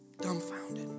Dumbfounded